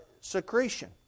secretion